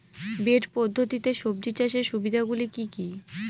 Bed পদ্ধতিতে সবজি চাষের সুবিধাগুলি কি কি?